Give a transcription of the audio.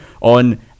on